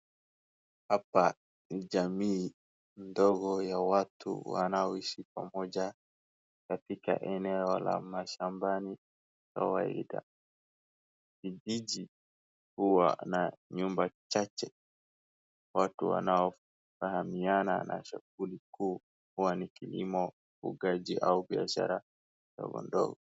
Hapa ni jamii ndogo ya watu wanaoishi pamoja katika eneo la mashambani. Kawaida kijiji huwa na nyumba chache watu wanaofahamiana. Na shughuli kuu huwa ni kilimo, ufugaji au biashara ndogondogo.